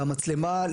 והמצלמה,